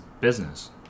business